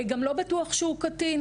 גם לא בטוח שהוא קטין.